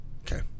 Okay